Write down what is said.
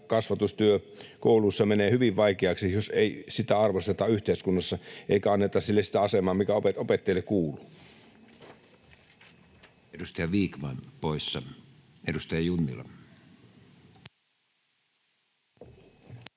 kasvatustyö kouluissa menee hyvin vaikeaksi, jos ei sitä arvosteta yhteiskunnassa eikä anneta sille sitä asemaa, mikä opettajille kuuluu. [Speech 154] Speaker: Matti Vanhanen